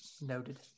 Noted